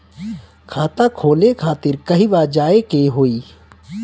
खाता खोले खातिर कहवा जाए के होइ?